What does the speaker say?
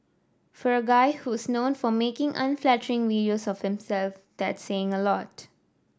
for a guy who's known for making unflattering videos of himself that's saying a lot